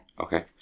Okay